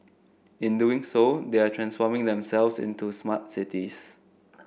in doing so they are transforming themselves into smart cities